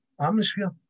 atmosphere